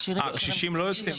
אה קשישים לא יוצאים מהתור.